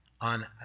on